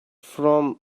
from